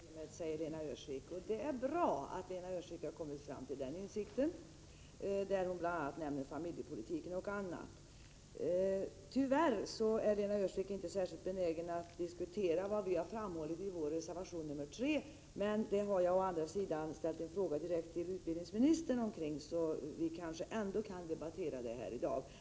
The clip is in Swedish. Herr talman! Det finns en värld runt omkring studiemedelssystemet, säger Lena Öhrsvik. Det är bra att Lena Öhrsvik har kommit fram till den insikten, och hon nämner bl.a. familjepolitiken. Tyvärr är Lena Öhrsvik inte särskilt benägen att diskutera vad vi har framhållit i vår reservation 3. Å andra sidan har jag ställt en fråga direkt till utbildningsministern om det vi tar upp där, så det kanske ändå blir möjligt att debattera det här i dag.